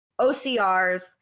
OCRs